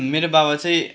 मेरो बाबा चाहिँ